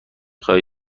خواهی